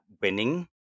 winning